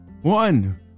One